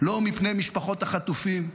לא מפני משפחות החטופים,